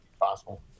Possible